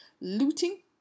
looting